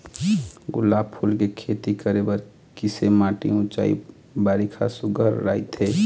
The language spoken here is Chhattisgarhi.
गुलाब फूल के खेती करे बर किसे माटी ऊंचाई बारिखा सुघ्घर राइथे?